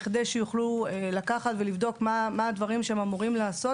בכדי שיוכלו לקחת ולבדוק מה הדברים שהם אמורים לעשות